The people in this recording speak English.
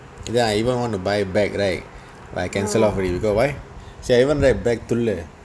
then I even want to buy bag right but I cancel off also why see I even write bag tooler